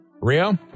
Rio